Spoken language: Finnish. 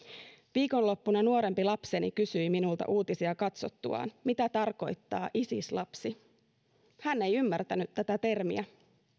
viikonloppuna nuorempi lapseni kysyi minulta uutisia katsottuaan mitä tarkoittaa isis lapsi hän ei ymmärtänyt tätä termiä